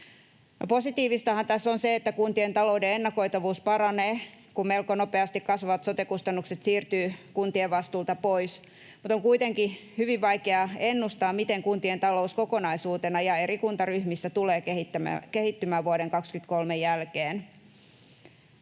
Positiivistahan tässä on se, että kuntien talouden ennakoitavuus paranee, kun melko nopeasti kasvavat sote-kustannukset siirtyvät kuntien vastuulta pois, mutta on kuitenkin hyvin vaikea ennustaa, miten kuntien talous kokonaisuutena ja eri kuntaryhmissä tulee kehittymään vuoden 23 jälkeen.